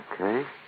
Okay